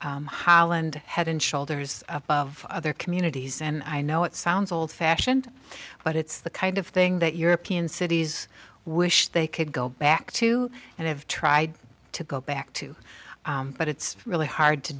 holland head and shoulders above other communities and i know it sounds old fashioned but it's the kind of thing that european cities wish they could go back to and have tried to go back to but it's really hard to